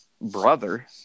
brother